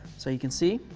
so you can see,